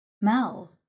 Mel